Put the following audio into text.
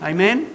Amen